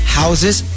houses